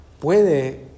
puede